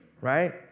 right